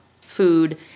food